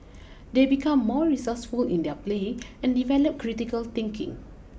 they become more resourceful in their play and develop critical thinking